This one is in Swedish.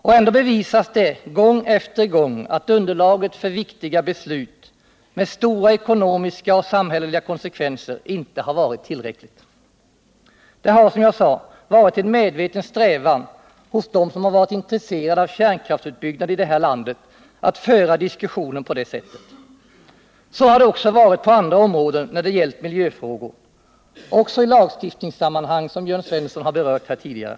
Och ändå bevisas det gång efter gång att underlaget för viktiga beslut, med stora ekonomiska och samhälleliga konsekvenser, inte har varit tillräckligt. Det har, som jag sade, varit en medveten strävan hos dem som varit intresserade av kärnkraftsutbyggnad att föra diskussionen på detta sätt. Så har det också varit på andra områden när det gällt miljöfrågor, även i lagstiftningssammanhang, som Jörn Svensson berört här tidigare.